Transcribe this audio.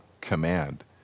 command